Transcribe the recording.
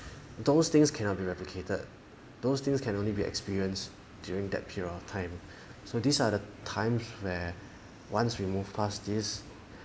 those things cannot be replicated those things can only be experience during that period of time so these are the times were once removed past this